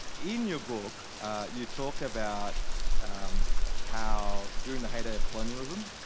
in your book you talk about how, during the height of colonialism,